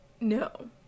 No